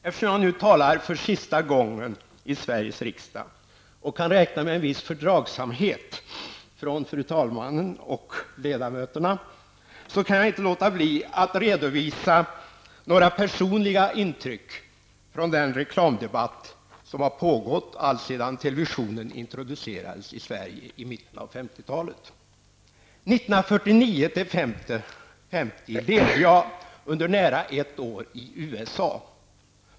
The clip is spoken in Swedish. Eftersom jag nu talar för sista gången i Sveriges riksdag och kan räkna med en viss fördragsamhet från fru talmannen och ledamöterna, kan jag inte låta bli att redovisa några personliga intryck från den reklamdebatt som har pågått alltsedan televisionen introducerades i Sverige i mitten på Under 1949--1950 levde jag nära ett år i USA.